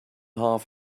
half